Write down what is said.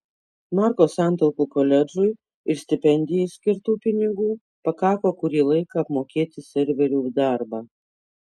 marko santaupų koledžui ir stipendijai skirtų pinigų pakako kurį laiką apmokėti serverių darbą